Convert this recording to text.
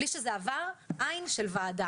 בלי שזה עבר עין של ועדה.